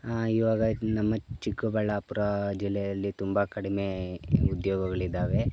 ಇವಾಗ ನಮ್ಮ ಚಿಕ್ಕಬಳ್ಳಾಪುರ ಜಿಲ್ಲೆಯಲ್ಲಿ ತುಂಬ ಕಡಿಮೆ ಉದ್ಯೋಗಗಳಿದಾವೆ